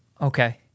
Okay